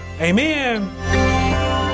Amen